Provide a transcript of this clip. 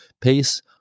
pace